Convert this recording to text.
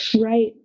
Right